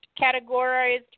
categorized